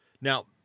Now